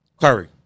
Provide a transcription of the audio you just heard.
Curry